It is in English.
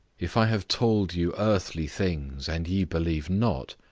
if i have told you earthly things, and ye believe not,